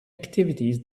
activities